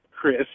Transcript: Chris